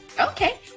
okay